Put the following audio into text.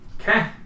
Okay